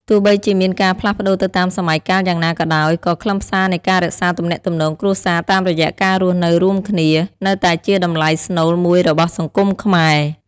ទោះបីជាមានការផ្លាស់ប្តូរទៅតាមសម័យកាលយ៉ាងណាក៏ដោយ ក៏ខ្លឹមសារនៃការរក្សាទំនាក់ទំនងគ្រួសារតាមរយៈការរស់នៅរួមគ្នា នៅតែជាតម្លៃស្នូលមួយរបស់សង្គមខ្មែរ។